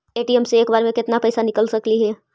ATM से एक बार मे केत्ना पैसा निकल सकली हे?